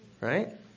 right